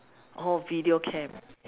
oh video cam